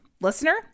Listener